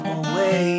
away